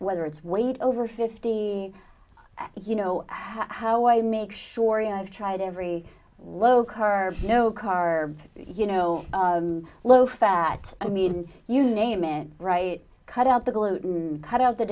whether it's weight over fifty you know how i make sure you know i've tried every low curve no car you know low fat i mean you name it right cut out the gluten cut out the